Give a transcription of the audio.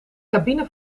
cabine